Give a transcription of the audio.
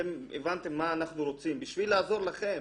אתם הבנתם מה אנחנו רוצים בשביל לעזור לכם.